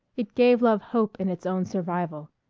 it gave love hope in its own survival.